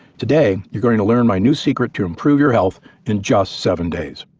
today you're going to learn my new secret to improve your health in just seven days.